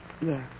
Yes